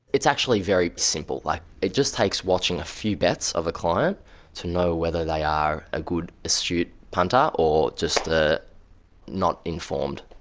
it's actually very simple. like, it just takes watching a few bets of a client to know whether they are a good, astute punter or just a not-informed